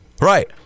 Right